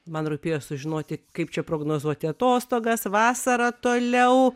man rūpėjo sužinoti kaip čia prognozuoti atostogas vasarą toliau